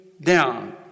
down